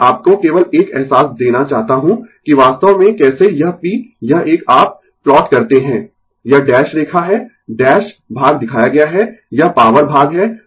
मैं आपको केवल एक अहसास देना चाहता हूँ कि वास्तव में कैसे यह p यह एक आप प्लॉट करते है यह डैश रेखा है डैश भाग दिखाया गया है यह पॉवर भाग है